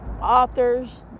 authors